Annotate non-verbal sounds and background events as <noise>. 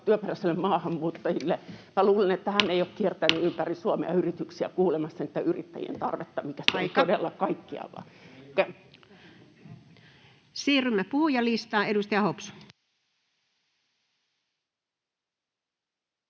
työperäisille maahanmuuttajille. Minä luulen, että hän <noise> ei ole kiertänyt ympäri Suomea yrityksiä kuulemassa niitten yrittäjien tarvetta, [Puhemies: Aika!] mikä on todella kaikkialla. Siirrymme puhujalistaan. — Edustaja Hopsu.